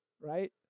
right